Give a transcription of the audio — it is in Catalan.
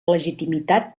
legitimitat